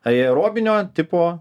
aerobinio tipo